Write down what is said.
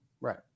Right